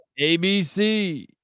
ABC